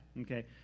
Okay